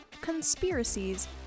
conspiracies